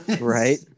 Right